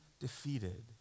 defeated